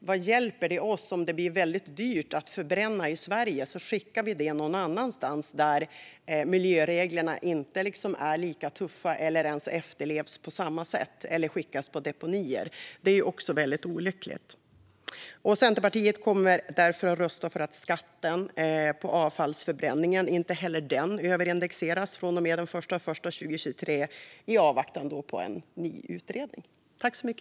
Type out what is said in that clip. Vad hjälper det om det blir väldigt dyrt att förbränna i Sverige om vi då skickar avfallet någon annanstans där miljöreglerna inte är lika tuffa eller ens efterlevs på samma sätt eller där det skickas till deponier? Det är också olyckligt. Centerpartiet kommer därför i avvaktan på en ny utredning att rösta för att inte heller skatten på avfallsförbränningen ska överindexeras från och med den 1 januari 2023.